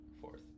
fourth